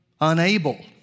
unable